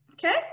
Okay